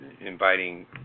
inviting